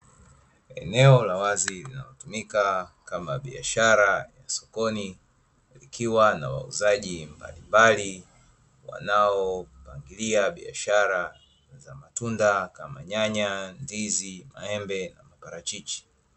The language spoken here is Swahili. Eneo la wazi linalotumika kama biashara ya sokoni, likiwa na wauzaji mbalimbali wanaopangilia biashara za matunda, kama: nyanya, ndizi, maembe na parachichi.